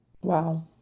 Wow